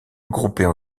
regroupées